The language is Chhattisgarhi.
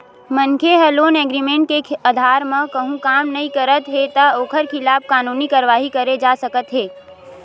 मनखे ह लोन एग्रीमेंट के अधार म कहूँ काम नइ करत हे त ओखर खिलाफ कानूनी कारवाही करे जा सकत हे